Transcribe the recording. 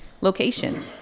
location